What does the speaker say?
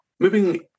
Moving